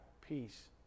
peace